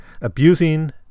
abusing